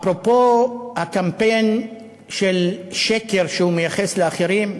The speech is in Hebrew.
אפרופו הקמפיין של שקר שהוא מייחס לאחרים.